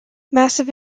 massive